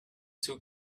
two